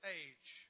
age